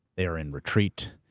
they're in retreat,